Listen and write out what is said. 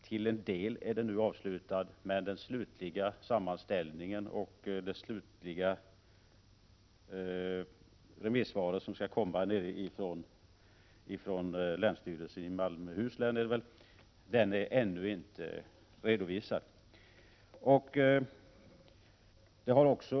Till en del är den nu avslutad, men den slutliga sammanställningen och de återstående remissvaren som skall komma från länsstyrelsen i Malmöhus län är ännu inte redovisade.